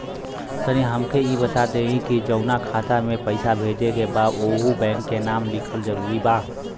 तनि हमके ई बता देही की जऊना खाता मे पैसा भेजे के बा ओहुँ बैंक के नाम लिखल जरूरी बा?